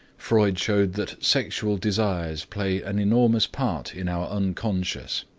freud showed that sexual desires play an enormous part in our unconscious,